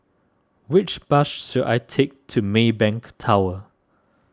which bus should I take to Maybank Tower